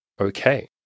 okay